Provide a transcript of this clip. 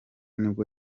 nibwo